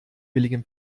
billigen